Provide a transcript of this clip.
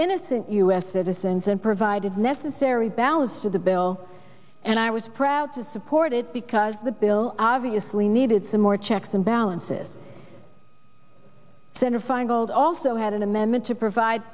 innocent u s citizens and provided necessary balance to the bill and i was proud to support it because the bill obviously needed some more checks and balances center feingold also had an amendment to provide